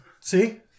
See